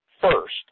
first